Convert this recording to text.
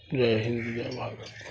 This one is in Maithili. जय हिन्द जय भारत